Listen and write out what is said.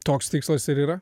toks tikslas ir yra